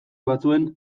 batzuen